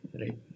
Right